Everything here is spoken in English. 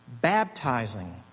Baptizing